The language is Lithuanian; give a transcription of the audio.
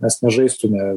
mes nežaistume